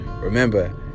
Remember